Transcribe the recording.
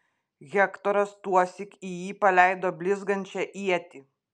hektoras tuosyk į jį paleido blizgančią ietį